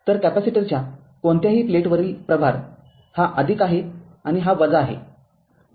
तरकॅपेसिटरच्या कोणत्याही प्लेटवरील प्रभार हा आहे आणि हा - आहे